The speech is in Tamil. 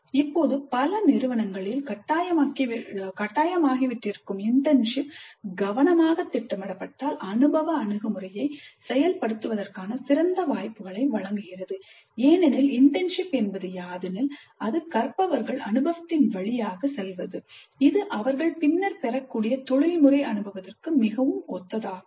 இப்போது பல நிறுவனங்களில் கட்டாயமாகிவிட்டிருக்கும் இன்டர்ன்ஷிப் கவனமாக திட்டமிடப்பட்டால் அனுபவ அணுகுமுறையை செயல்படுத்துவதற்கான சிறந்த வாய்ப்புகளை வழங்குகிறது ஏனெனில் இன்டர்ன்ஷிப் என்பது யாதெனில் அது கற்பவர்கள் அனுபவத்தின் வழியாக செல்வது இது அவர்கள் பின்னர் பெறக்கூடிய தொழில்முறை அனுபவத்திற்கு மிகவும் ஒத்ததாகும்